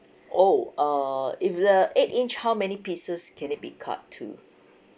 oh uh if the eight inch how many pieces can it be cut to